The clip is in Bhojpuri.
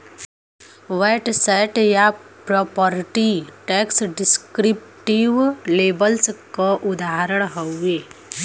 वैट सैट या प्रॉपर्टी टैक्स डिस्क्रिप्टिव लेबल्स क उदाहरण हउवे